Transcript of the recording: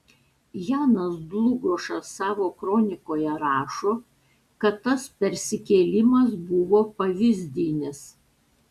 janas dlugošas savo kronikoje rašo kad tas persikėlimas buvo pavyzdinis